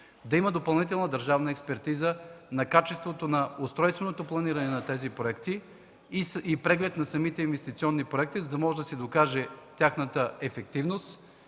да има допълнителна държавна експертиза на качеството на устройственото планиране на тези проекти и преглед на самите инвестиционни проекти, за да може да се докаже тяхната ефективност,